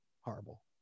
horrible